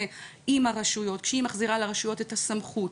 עם הרשויות כשהיא מחזירה לרשויות את הסמכות,